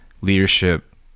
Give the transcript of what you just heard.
leadership